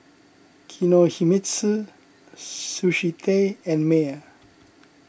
Kinohimitsu Sushi Tei and Mayer